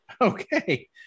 Okay